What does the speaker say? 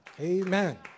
Amen